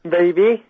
baby